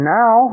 now